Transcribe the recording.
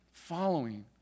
following